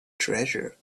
treasure